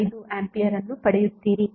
75 ampere ಅನ್ನು ಪಡೆಯುತ್ತೀರಿ